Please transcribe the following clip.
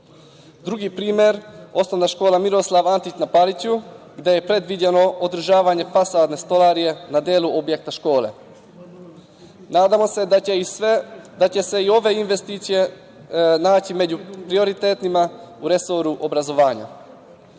primer, osnovna škola „Miroslav Antić“ na Paliću, gde je predviđeno održavanje fasadne stolarije na delu objekta škole. Nadamo se da će se i ove investicije naći među prioritetnima u resoru obrazovanja. Predstavnici